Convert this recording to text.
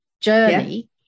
journey